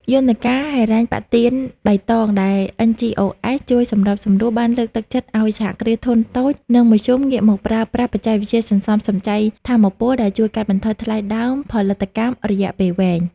យន្តការហិរញ្ញប្បទានបៃតងដែល NGOs ជួយសម្របសម្រួល បានលើកទឹកចិត្តឱ្យ សហគ្រាសធុនតូច និងមធ្យមងាកមកប្រើប្រាស់បច្ចេកវិទ្យាសន្សំសំចៃថាមពល ដែលជួយកាត់បន្ថយថ្លៃដើមផលិតកម្មរយៈពេលវែង។